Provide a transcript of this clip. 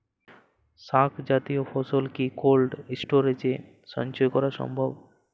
শাক জাতীয় ফসল কি কোল্ড স্টোরেজে সঞ্চয় করা সম্ভব?